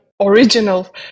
Original